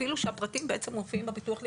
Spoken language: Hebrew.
אפילו שהפרטים בעצם מופיעים בביטוח לאומי,